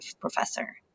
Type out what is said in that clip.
professor